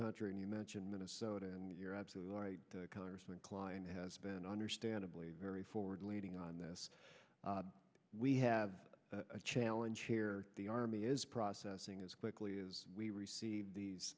country and you mentioned minnesota and you're absolutely right congressman klein has been understandably very forward leaning on this we have a challenge here the army is processing as quickly as we receive these